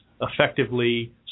effectively